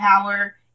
power